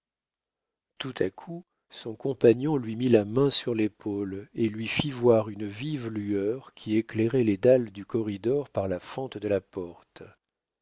tout à coup son compagnon lui mit la main sur l'épaule et lui fit voir une vive lueur qui éclairait les dalles du corridor par la fente de la porte